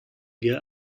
wir